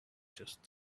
just